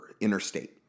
interstate